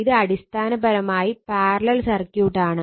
ഇത് അടിസ്ഥാനപരമായി parallel circuit ആണ്